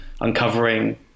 uncovering